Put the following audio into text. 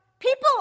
People